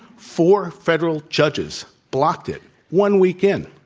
four federal judges blocked it one week in.